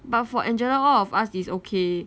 but for angela all of us is okay